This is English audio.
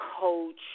coach